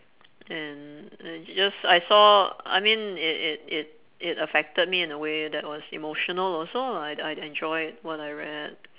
and and just I saw I mean it it it it affected me in a way that was emotional lah also I'd I'd enjoyed what I read